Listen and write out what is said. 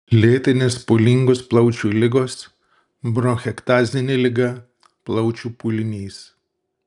lėtinės pūlingos plaučių ligos bronchektazinė liga plaučių pūlinys